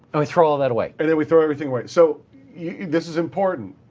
and we throw all that away. and then we throw everything away. so yeah this is important.